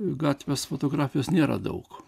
gatvės fotografijos nėra daug